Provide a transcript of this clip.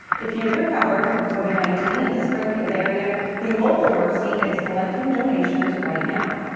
if you've recovered from covid nineteen in the springfield area the local mercy is collecting donations right now.